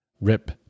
rip